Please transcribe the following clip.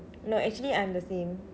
no actually I'm the same